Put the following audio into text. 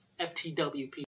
FTWP